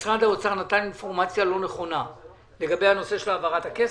שמשרד האוצר נתן אינפורמציה לא נכונה לגבי הנושא של העברת הכסף.